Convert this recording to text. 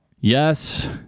yes